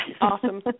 Awesome